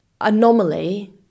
anomaly